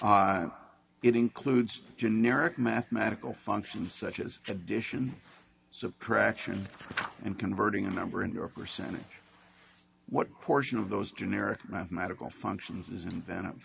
it includes generic mathematical functions such as addition subtraction and converting a number in your percentage what portion of those generic mathematical functions and th